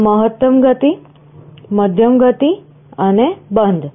આ મહત્તમ ગતિ મધ્યમ ગતિ અને બંધ